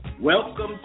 Welcome